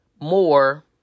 More